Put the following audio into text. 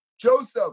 Joseph